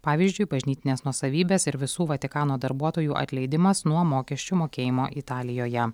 pavyzdžiui bažnytinės nuosavybės ir visų vatikano darbuotojų atleidimas nuo mokesčių mokėjimo italijoje